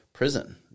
prison